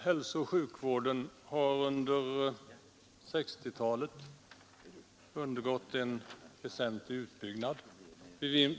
Hälsooch sjukvården har under 1960-talet undergått en väsentlig utbyggnad.